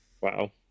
Wow